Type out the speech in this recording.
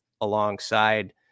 alongside